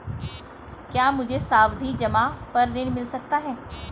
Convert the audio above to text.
क्या मुझे सावधि जमा पर ऋण मिल सकता है?